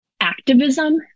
activism